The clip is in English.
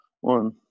One